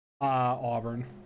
Auburn